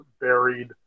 buried